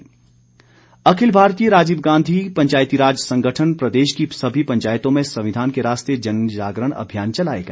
जनजागरण अखिल भारतीय राजीव गांधी पंचायतीराज संगठन प्रदेश की सभी पंचायतों में संविधान के रास्ते जनजागरण अभियान चलाएगा